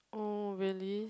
oh really